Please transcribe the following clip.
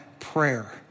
prayer